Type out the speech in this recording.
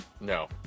no